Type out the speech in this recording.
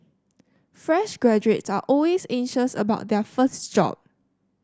fresh graduates are always anxious about their first job